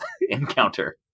encounter